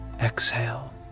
Exhale